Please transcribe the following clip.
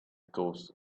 ghost